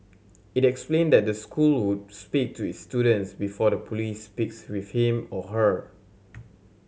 it explained that the school would speak to its student before the police speaks with him or her